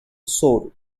soared